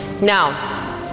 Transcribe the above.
Now